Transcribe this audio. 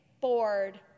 Board